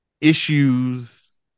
issues